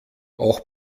auch